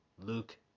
Luke